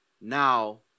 now